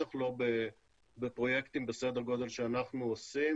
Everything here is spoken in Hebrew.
בטח לא בפרויקטים בסדר גודל שאנחנו עושים